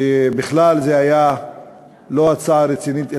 שבכלל זה היה לא הצעה רצינית,